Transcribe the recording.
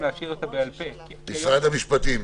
משרד המשפטים.